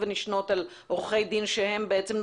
ומדובר בעיקר באנשים קשישים בעלי מוגבלויות,